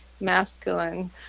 masculine